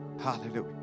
Hallelujah